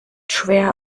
schwer